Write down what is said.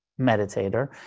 meditator